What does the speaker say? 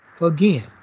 again